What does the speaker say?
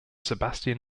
sebastian